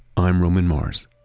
i'm roman mars